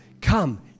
Come